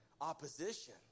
opposition